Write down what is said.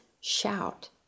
shout